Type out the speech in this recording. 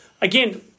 again